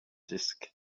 disk